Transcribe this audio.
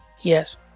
Yes